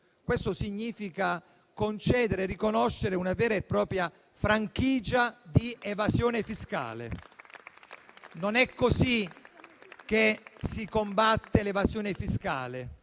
Questo significa concedere e riconoscere una vera e propria franchigia di evasione fiscale. Non è così che si combatte l'evasione fiscale,